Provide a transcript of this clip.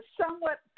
somewhat